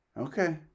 Okay